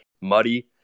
muddy